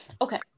Okay